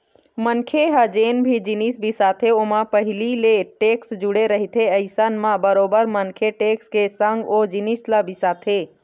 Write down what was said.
मनखे ह जेन भी जिनिस बिसाथे ओमा पहिली ले टेक्स जुड़े रहिथे अइसन म बरोबर मनखे टेक्स के संग ओ जिनिस ल बिसाथे